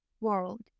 world